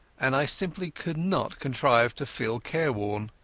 and i simply could not contrive to feel careworn.